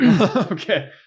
Okay